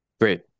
Great